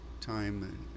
time